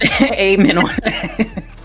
Amen